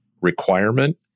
requirement